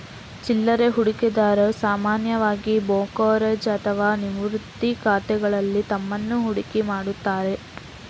ಚಿಲ್ಲರೆ ಹೂಡಿಕೆದಾರರು ಸಾಮಾನ್ಯವಾಗಿ ಬ್ರೋಕರೇಜ್ ಅಥವಾ ನಿವೃತ್ತಿ ಖಾತೆಗಳಲ್ಲಿ ತಮ್ಮನ್ನು ಹೂಡಿಕೆ ಮಾಡುತ್ತಾರೆ